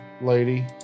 Lady